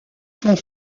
font